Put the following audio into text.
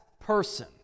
person